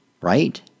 right